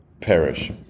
perish